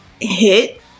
hit